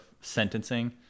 sentencing